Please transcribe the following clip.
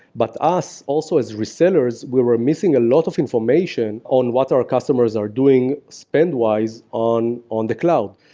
but us also as resellers, we were missing a lot of information on what our customers are doing spend-wise on on the cloud.